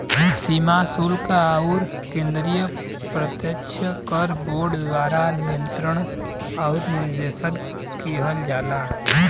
सीमा शुल्क आउर केंद्रीय प्रत्यक्ष कर बोर्ड द्वारा नियंत्रण आउर निर्देशन किहल जाला